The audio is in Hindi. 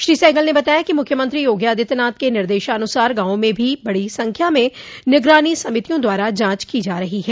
श्री सहगल ने बताया कि मुख्यमंत्री योगी आदित्यनाथ के निर्देशानुसार गांवों में भी बडी संख्या में निगरानी समितियों द्वारा जांच की जा रही है